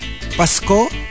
Pasko